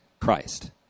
Christ